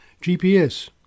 GPS